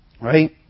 Right